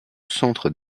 centre